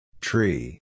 Tree